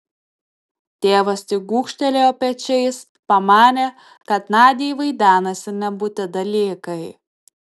tėvas tik gūžtelėjo pečiais pamanė kad nadiai vaidenasi nebūti dalykai